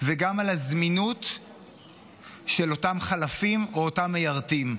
וגם על הזמינות של החלפים או המיירטים.